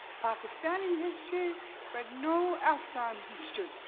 pakistani history but no afghan history.